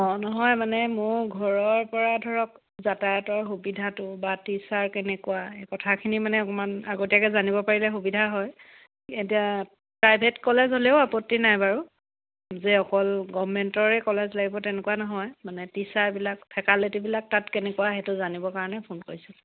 অঁ নহয় মানে মোৰ ঘৰৰপৰা ধৰক যাতায়তৰ সুবিধাটো বা টিচাৰ কেনেকুৱা এই কথাখিনি মানে অকণমান আগতীয়াকৈ জানিব পাৰিলে সুবিধা হয় এতিয়া প্ৰাইভেট কলেজ হ'লেও আপত্তি নাই বাৰু যে অকল গভমেণ্টৰে কলেজ লাগিব তেনেকুৱা নহয় মানে টিচাৰবিলাক ফেকালিটিবিলাক তাত কেনেকুৱা সেইটো জানিবৰ কাৰণে ফোন কৰিছোঁ